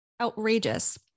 outrageous